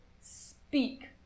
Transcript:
speak